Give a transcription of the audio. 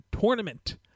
tournament